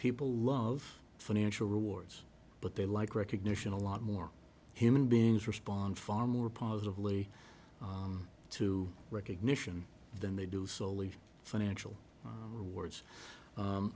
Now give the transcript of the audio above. people love financial rewards but they like recognition a lot more human beings respond far more positively to recognition than they do solely financial rewards